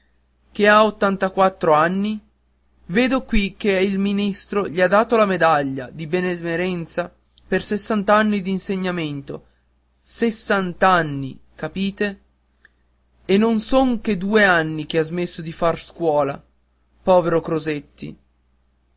che ha ottantaquattro anni vedo qui che il ministero gli ha dato la medaglia di benemerenza per sessant'anni d'insegnamento ses san tan ni capite e non son che due anni che ha smesso di far scuola povero crosetti